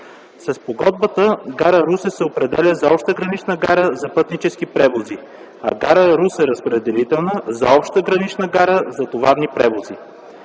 спогодбата гара Русе се определя за обща гранична гара за пътнически превози, а гара Русе-разпределителна – за обща гранична гара за товарни превози.